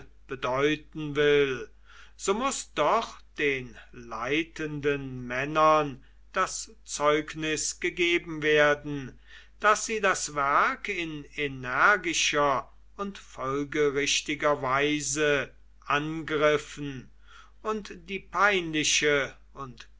bedeuten will so muß doch den leitenden männern das zeugnis gegeben werden daß sie das werk in energischer und folgerichtiger weise angriffen und die peinliche und